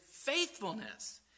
faithfulness